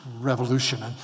Revolution